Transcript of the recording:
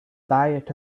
diet